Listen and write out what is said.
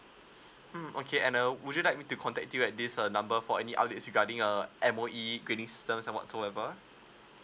mm okay and err would you like me to contact you at this number for any updates regarding err M_O_E grading systems or whatsoever